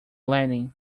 landing